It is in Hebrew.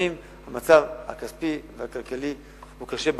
המאבק הוא בסוף במי שנמצא בקואליציה ועד כמה הוא נאבק.